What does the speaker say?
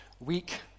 Weak